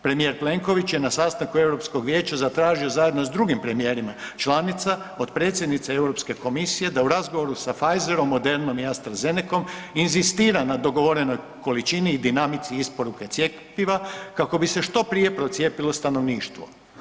Premijer Plenković je na sastanku Europskog vijeća zatražio zajedno sa drugim premijera članica od predsjednice Europske komisije da u razgovoru sa Pfizerom, Modernom i Astra Zenecom inzistira na dogovorenoj količini i dinamici isporuke cjepiva kako bi se što prije procijepilo stanovništvo.